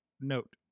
note